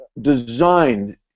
design